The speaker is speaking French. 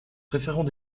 préférons